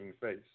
face